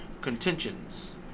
contentions